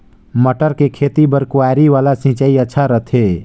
मटर के खेती बर क्यारी वाला सिंचाई अच्छा रथे?